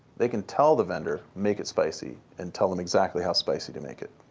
they can tell the vendor, make it spicy, and tell them exactly how spicy to make it,